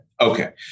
Okay